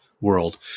world